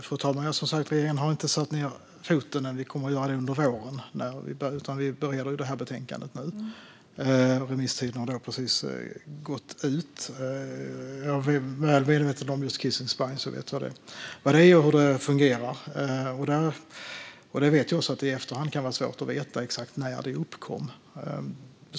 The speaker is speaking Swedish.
Fru talman! Regeringen har ännu inte satt ned foten, som sagt; vi kommer att göra det under våren. Vi börjar med detta betänkande nu, och remisstiden har precis gått ut. Jag är medveten om kissing spines - jag vet vad det är och hur det fungerar. Jag vet också att det i efterhand kan vara svårt att veta exakt när det uppkom.